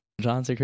John